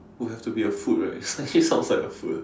will have to be a food right really sounds like a food